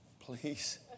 please